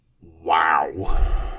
Wow